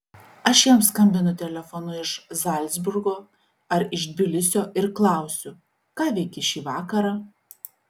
aš jam skambinu telefonu iš zalcburgo ar iš tbilisio ir klausiu ką veiki šį vakarą